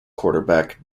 quarterback